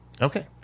Okay